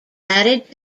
added